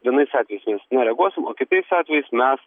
vienais atvejais mes nereaguosim o kitais atvejais mes